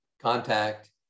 contact